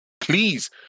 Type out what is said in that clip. Please